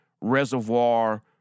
reservoir